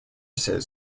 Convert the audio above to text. their